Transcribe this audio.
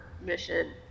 mission